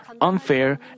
unfair